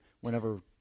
whenever